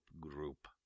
group